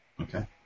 Okay